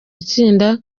itsinda